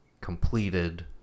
completed